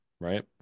right